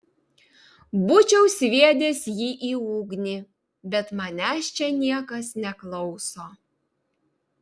būčiau sviedęs jį į ugnį bet manęs čia niekas neklauso